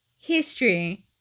history